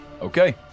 Okay